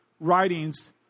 writings